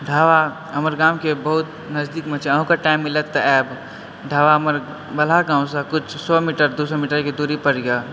ढाबा हमर गामके बहुत नजदीकमें छै अहूँके टाइम मिलत तऽ आबि ढाबामे बलहा गाँवसँ किछु सए मीटर दू सए मीटरके दूरी परए